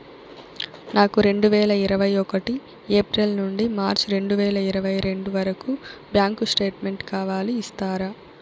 నాకు రెండు వేల ఇరవై ఒకటి ఏప్రిల్ నుండి మార్చ్ రెండు వేల ఇరవై రెండు వరకు బ్యాంకు స్టేట్మెంట్ కావాలి ఇస్తారా